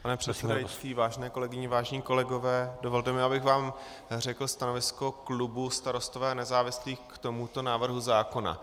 Pane předsedající, vážené kolegyně, vážení kolegové, dovolte mi, abych vám řekl stanovisko klubu Starostů a nezávislých k tomuto návrhu zákona.